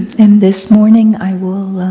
in this morning i will